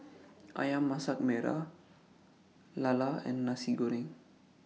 Ayam Masak Merah Lala and Nasi Goreng